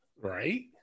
Right